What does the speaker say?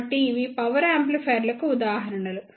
కాబట్టి ఇవి పవర్ యాంప్లిఫైయర్లకు ఉదాహరణలు